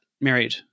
married